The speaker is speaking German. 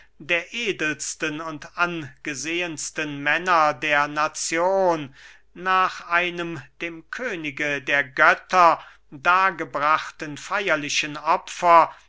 der edelsten und angesehensten männer der nazion nach einem dem könige der götter dargebrachten feyerlichen opfer